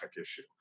issue